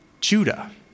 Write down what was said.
Judah